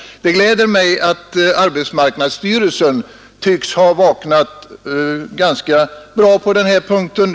Det gläder mig att arbetsmarknadsstyrelsen tycks ha vaknat ganska bra på denna punkt.